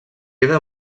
queda